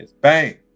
Bang